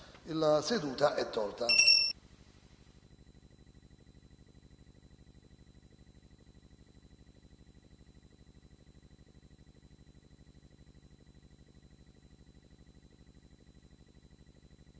La seduta è tolta